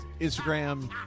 instagram